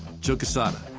joe quesada.